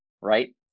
right